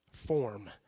form